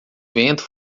vento